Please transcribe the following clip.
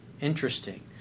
interesting